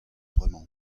bremañ